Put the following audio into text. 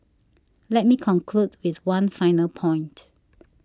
let me conclude with one final point